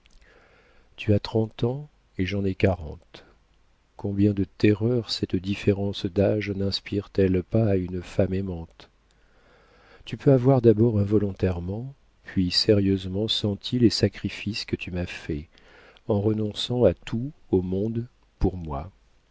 tu as trente ans et j'en ai quarante combien de terreurs cette différence d'âge ninspire t elle pas à une femme aimante tu peux avoir d'abord involontairement puis sérieusement senti les sacrifices que tu m'as faits en renonçant à tout au monde pour moi